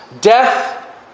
death